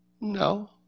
no